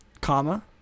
Comma